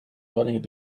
riding